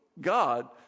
God